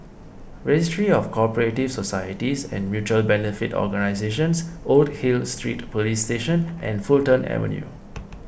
Registry of Co Operative Societies and Mutual Benefit Organisations Old Hill Street Police Station and Fulton Avenue